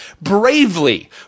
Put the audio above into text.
bravely